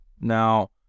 Now